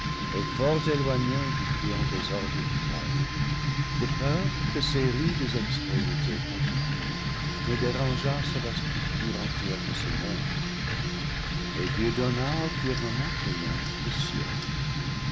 et fort éloigné du bruyant désordre du chaos de peur que ses rudes extrémités contiguës ne dérangeassent la structure entière de ce mondé et dieu donna au firmament le nom de ciel